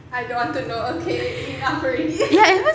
ya at first